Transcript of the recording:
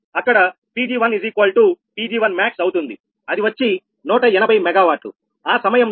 అక్కడ 𝑃𝑔1 𝑃𝑔1𝑚ax అవుతుంది అది వచ్చి 180 MW ఆ సమయంలో 𝜆1𝑚ax73